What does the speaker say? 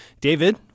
David